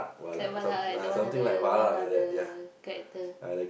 like Valak like one of the one of the character